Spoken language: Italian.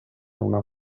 una